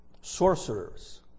Sorcerers